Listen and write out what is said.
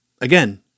again